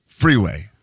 Freeway